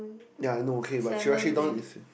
ya I know okay but Chirashi don is